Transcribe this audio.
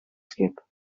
schip